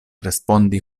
respondi